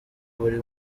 buri